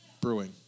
Brewing